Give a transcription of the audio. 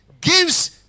gives